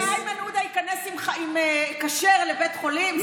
אתה רוצה שאיימן עודה ייכנס עם כשר לבית חולים?